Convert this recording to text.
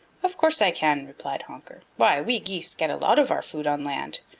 of course i can, replied honker. why, we geese get a lot of our food on land.